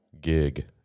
gig